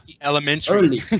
elementary